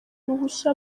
uruhushya